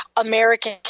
American